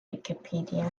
wikipedia